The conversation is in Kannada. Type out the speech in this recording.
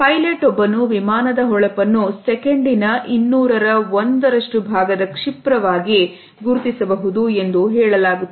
ಪೈಲೆಟ್ ಒಬ್ಬನು ವಿಮಾನದ ಹೊಳಪನ್ನು ಸೆಕೆಂಡಿನ 1200 ರಷ್ಟು ಕ್ಷಿಪ್ರವಾಗಿ ಗುರುತಿಸಬಹುದು ಎಂದು ಹೇಳಲಾಗುತ್ತದೆ